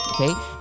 okay